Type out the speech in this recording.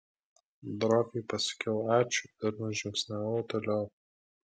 droviai pasakiau ačiū ir nužingsniavau toliau